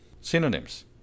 Synonyms